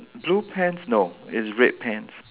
blue pants no it's red pants